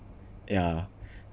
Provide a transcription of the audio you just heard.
yeah